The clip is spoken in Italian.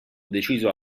deciso